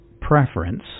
preference